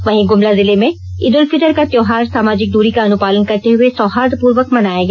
वहीं गुमला जिले में ईद उल फितर का त्योहार सामाजिक दूरी का अनुपालन करते हुए सौहार्द पूर्वक मनाया गया